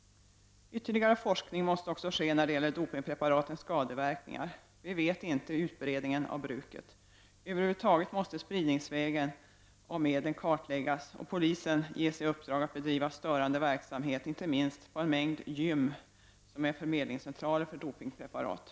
Ytterligare forskning måste också ske när det gäller dopingpreparatens skadeverkningar. Vi känner inte till utbredningen av bruket. Över huvud taget måste medlens spridningsvägar kartlägas och polisen ges i uppdrag att bedriva störande verksamhet, inte minst på en mängd gym som är förmedlingscentraler för dopingpreparat.